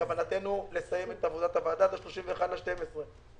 בכוונתנו לסיים את עבודת הוועדה עד ה-31 בדצמבר.